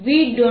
dS